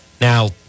Now